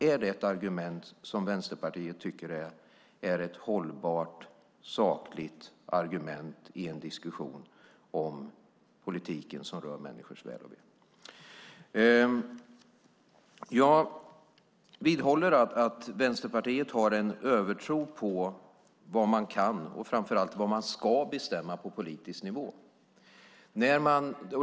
Är det ett argument som Vänsterpartiet tycker är hållbart och sakligt i en diskussion om politiken som rör människors väl och ve? Jag vidhåller att Vänsterpartiet har en övertro på vad man kan och framför allt vad man ska bestämma på politisk nivå.